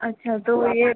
अच्छा तो ये